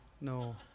no